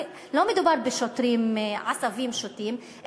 לא מדובר בשוטרים עשבים שוטים,